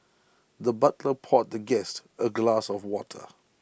the butler poured the guest A glass of water